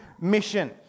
mission